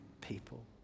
People